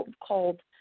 called